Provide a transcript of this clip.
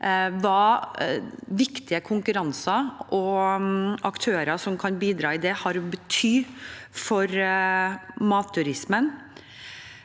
hva viktige konkurranser og aktører som kan bidra i det, har å bety for matturismen.